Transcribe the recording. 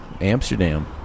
Amsterdam